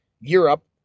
Europe